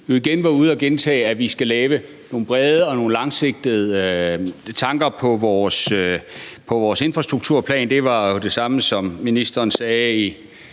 var ude at sige, at vi skal have nogle brede og nogle langsigtede tanker i forhold til vores infrastrukturplan. Det var jo det samme, som ministeren sagde